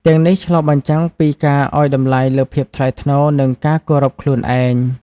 ទាំងនេះឆ្លុះបញ្ចាំងពីការឲ្យតម្លៃលើភាពថ្លៃថ្នូរ និងការគោរពខ្លួនឯង។